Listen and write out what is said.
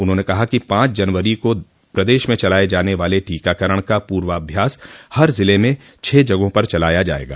उन्होंने कहा कि पांच जनवरी को प्रदेश में चलाये जाने वाले टीकाकरण का पूर्वाभ्यास हर ज़िले में छह जगहों पर चलाया जायेगा